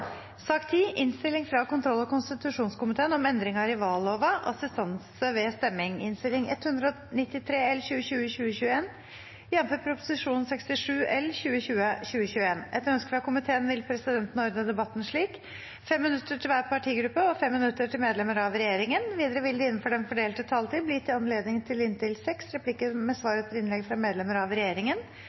sak nr. 9. Etter ønske fra kontroll- og konstitusjonskomiteen vil presidenten ordne debatten slik: 5 minutter til hver partigruppe og 5 minutter til medlemmer av regjeringen. Videre vil det, innenfor den fordelte taletid, bli gitt anledning til inntil seks replikker med svar etter innlegg fra medlemmer av regjeringen,